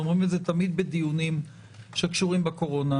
אנחנו אומרים את זה תמיד בדיונים שקשורים בקורונה,